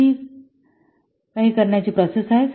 तर ही करण्याची प्रोसेस आहे